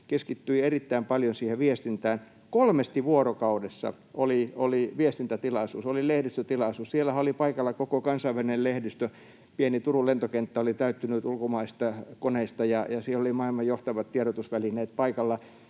keskittyi erittäin paljon siihen viestintään. Kolmesti vuorokaudessa oli viestintätilaisuus, lehdistötilaisuus, ja siellähän oli paikalla koko kansainvälinen lehdistö. Pieni Turun lentokenttä oli täyttynyt ulkomaisista koneista, ja siellä olivat maailman johtavat tiedotusvälineet paikalla